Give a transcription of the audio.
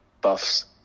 Buffs